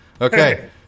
Okay